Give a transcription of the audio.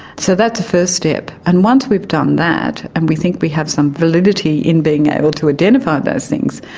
so that's the first step, and once we've done that and we think we have some validity in being able to identify those things,